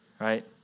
Right